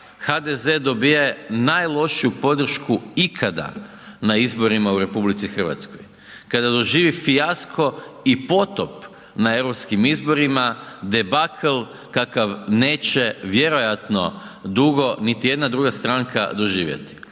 HDZ dobije najlošiju podršku ikada na izborima u RH kada doživi fijasko i potop na eu izborima debakl kakav neće vjerojatno dugo niti jedna druga stranka doživjeti